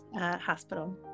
Hospital